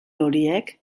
horiek